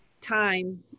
time